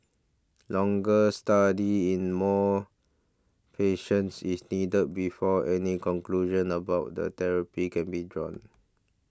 longer study in more patients is needed before any conclusions about the therapy can be drawn